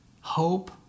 Hope